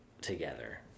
together